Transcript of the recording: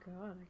God